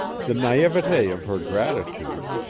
the naivete of her gratitude,